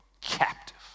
captive